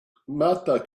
marta